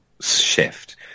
shift